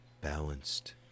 balanced